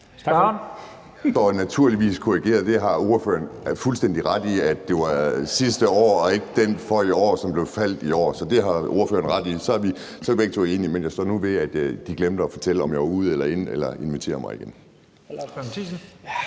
Det skal naturligvis korrigeres, for ordføreren har fuldstændig ret i, at det var sidste år og ikke den for i år, som faldt i år. Så det har ordføreren ret i. Så er vi enige. Men jeg står nu ved, at de glemte at fortælle, om jeg var ude eller inde eller de ville invitere mig igen.